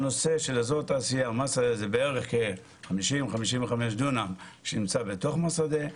הנושא של אזור תעשייה מסעדה זה בערך כ-50-55 דונם שנמצא בתוך מסעדה,